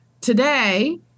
Today